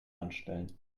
anstellen